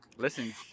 Listen